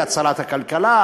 הצלת הכלכלה,